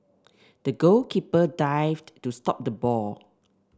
the goalkeeper dived to stop the ball